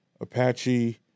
Apache